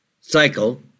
cycle